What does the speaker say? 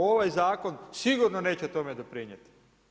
Ovaj zakon sigurno neće tome doprinijeti.